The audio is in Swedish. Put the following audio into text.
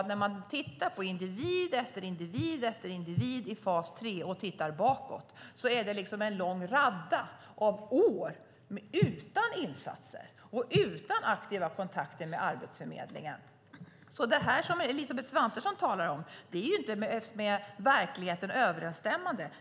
När man tittar på historien bakom varje individ i fas 3 ser man en lång rad av år utan insatser och utan aktiva kontakter med Arbetsförmedlingen. Det som Elisabeth Svantesson talar om är inte med verkligheten överensstämmande.